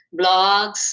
blogs